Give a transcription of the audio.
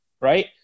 right